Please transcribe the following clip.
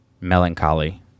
melancholy